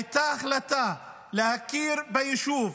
הייתה החלטה להכיר ביישוב,